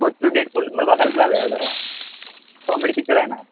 मग तो Deadpool बघायला जाऊ या जरा कॉमेडी पिक्चर आहे ना